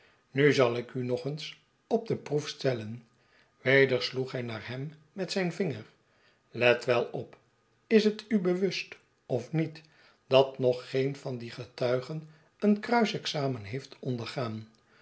nu zai ik u nog eens op de proef stelien weder sloeg hij naar hem met zijn vinger let wel op is net u bewust of met dat nog geen van die getuigen een kruisexamen heeft ondergaan